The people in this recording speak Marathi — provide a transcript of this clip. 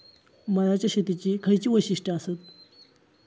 मळ्याच्या शेतीची खयची वैशिष्ठ आसत?